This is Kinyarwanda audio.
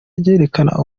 ryerekana